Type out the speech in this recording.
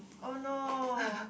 oh no